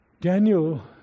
Daniel